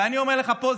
ואני אומר לך פה,